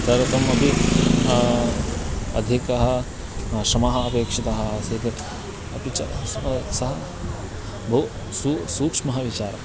तदर्थमपि अधिकः श्रमः अपेक्षितः आसीत् अपि च सः बहु सू सूक्ष्मः विचारः